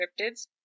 cryptids